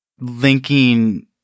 linking